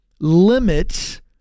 limits